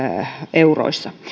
euroissa